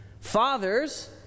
Fathers